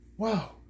Wow